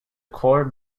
core